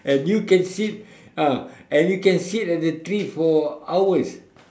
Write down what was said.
and you can sit ah and you can sit at the tree for hours